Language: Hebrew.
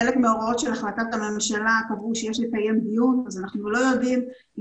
חלק מההוראות של החלטת הממשלה קבעו שיש לקיים דיון ואנחנו לא יודעים אם